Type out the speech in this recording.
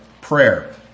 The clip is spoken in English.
Prayer